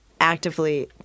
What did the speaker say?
actively